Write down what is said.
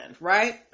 right